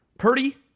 Purdy